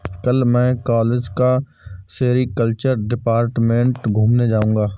कल मैं कॉलेज का सेरीकल्चर डिपार्टमेंट घूमने जाऊंगा